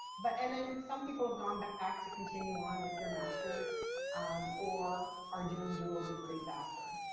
but and then some people have gone back to continue on with their masters or are doing dual degrees after.